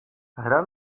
hra